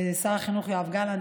שר החינוך יואב גלנט,